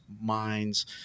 minds